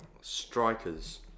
Strikers